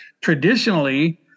traditionally